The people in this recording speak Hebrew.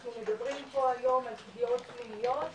אנחנו מדברים פה היום על פגיעות מיניות,